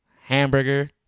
hamburger